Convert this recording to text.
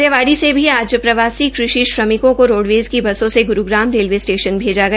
रेवाड़ी से भी आज प्रवासी कृषि श्रमिकों को रोडवेज की बसों से ग्रूग्राम रेलवे स्टेश्न भेजा गया